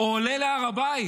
הוא עולה להר הבית